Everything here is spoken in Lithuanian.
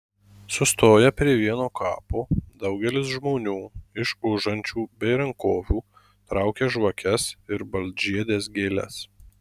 sustoję prie vieno kapo daugelis žmonių iš užančių bei rankovių traukia žvakes ir baltžiedes gėles